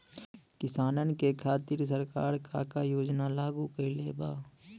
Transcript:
किसानन के खातिर सरकार का का योजना लागू कईले बा?